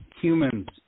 Humans